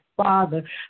Father